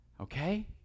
okay